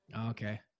Okay